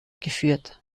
geführt